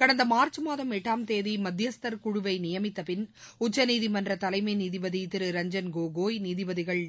கடந்த மார்ச் மாதம் எட்டாம் தேதி மத்தியஸ்தர் குழுவை நியமித்தப் பின் உச்சநீதிமன்ற தலைமை நீதிபதி திரு ரஞ்சன் கோகாய் நீதிபதிகள்